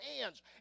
hands